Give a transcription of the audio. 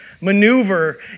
maneuver